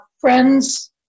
friends